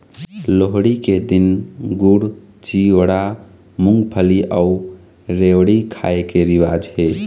लोहड़ी के दिन गुड़, चिवड़ा, मूंगफली अउ रेवड़ी खाए के रिवाज हे